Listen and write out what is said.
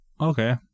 Okay